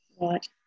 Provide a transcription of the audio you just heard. Right